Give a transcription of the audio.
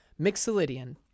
Mixolydian